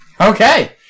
Okay